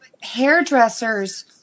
hairdressers